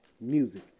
music